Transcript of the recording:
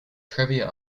trivia